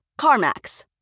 CarMax